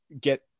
get